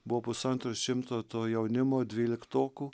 buvo pusantro šimto to jaunimo dvyliktokų